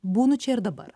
būnu čia ir dabar